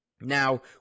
Now